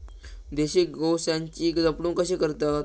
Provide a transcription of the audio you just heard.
देशी गोवंशाची जपणूक कशी करतत?